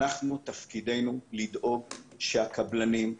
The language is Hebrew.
תפקידנו לדאוג שהקבלנים,